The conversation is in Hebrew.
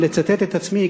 אם לצטט את עצמי,